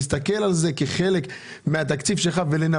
אני שואל האם אתה צריך להסתכל על זה כחלק מהתקציב שלך ולנווט